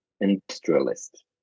industrialist